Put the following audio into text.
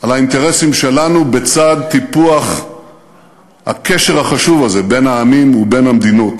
על האינטרסים שלנו בצד טיפוח הקשר החשוב הזה בין העמים ובין המדינות.